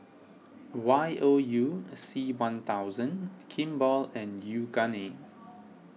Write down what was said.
Y O U C one thousand Kimball and Yoogane